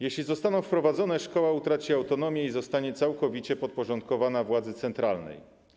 Jeśli zostaną wprowadzone, szkoła utraci autonomię i zostanie całkowicie podporządkowana władzy centralnej.